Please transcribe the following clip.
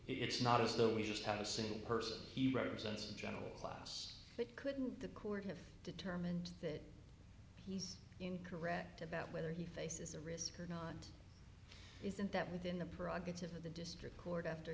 it's not as though we just had a single person he represents a general class that couldn't the court have determined that he's incorrect about whether he faces a risk or not and isn't that within the prerogative of the district court after